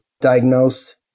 diagnose